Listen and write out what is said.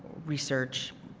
research,